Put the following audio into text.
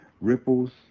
Ripples